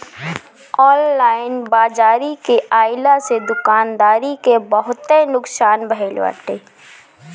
online बाजारी के आइला से दुकानदारी के बहुते नुकसान भईल बाटे